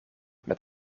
met